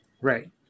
right